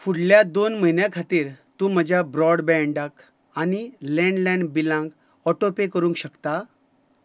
फुडल्या दोन म्हयन्या खातीर तूं म्हज्या ब्रॉडबँडाक आनी लँड लायन बिलांक ऑटो पे करूंक शकता